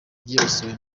byibasiwe